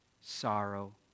sorrow